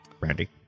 Randy